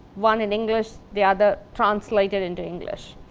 one in english, the other translated into english.